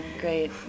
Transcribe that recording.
great